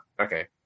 okay